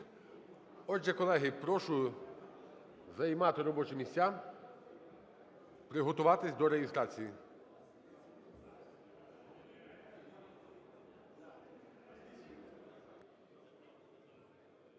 Отже, колеги, прошу займати робочі місця, приготуватись до реєстрації.